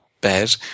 bed